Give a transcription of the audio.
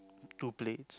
two plates